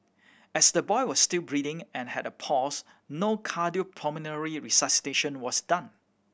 as the boy was still breathing and had a pulse no cardiopulmonary resuscitation was done